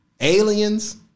aliens